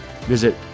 Visit